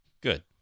Good